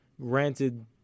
granted –